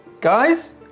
guys